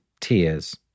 tears